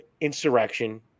Insurrection